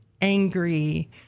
angry